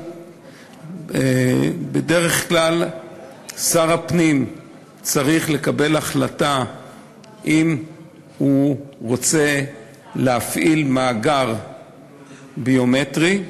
בדרך כלל שר הפנים צריך לקבל החלטה אם הוא רוצה להפעיל מאגר ביומטרי,